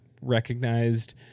recognized